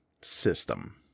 system